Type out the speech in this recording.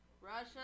Russia